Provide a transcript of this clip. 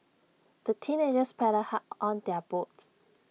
the teenagers paddled hard on their boat